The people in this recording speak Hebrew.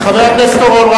חבר הכנסת אורון,